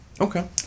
Okay